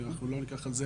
אנחנו לא ניקח על זה